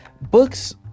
books